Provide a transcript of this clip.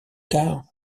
tard